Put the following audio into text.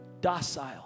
docile